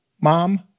Mom